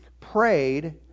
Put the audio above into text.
prayed